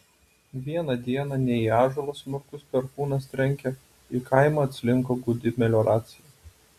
vieną dieną ne į ąžuolą smarkus perkūnas trenkė į kaimą atslinko gūdi melioracija